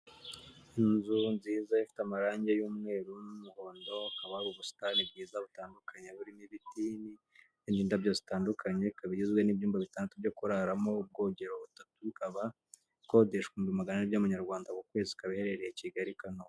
Inzu nziza ifite amarangi y'umweru n'umuhondo, akaba ari ubusitani bwiza butandukanye burimo ibiti n'indabyo zitandukanye, ikaba igizwe n'ibyumba bitatu byo kuraramo, ubwogero butatu. ikaba ikodeshwa ibihumbi magana ane y'amanyarwanda ku kwezi, ikaba iherereye i Kigali i Kanombe.